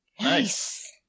Nice